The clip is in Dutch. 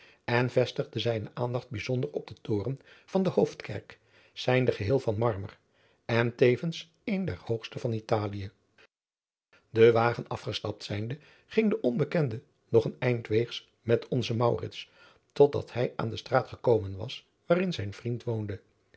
en vestigde zijne aandacht bijzonder op den toren van de hoofdkerk zijnde geheel van marmer en tevens een der hoogste van italie den wagen afgestapt zijnde ging de onbekende oog een eind weegs met onzen maurits tot dat hij aan de straat gekomen was waarin zijn vriend woonde